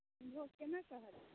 भोग केना कहलियै